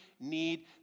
need